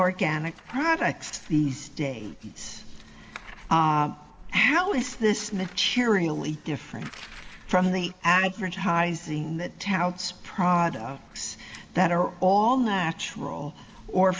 organic products these days how is this material e different from the advertising that touts products that are all natural or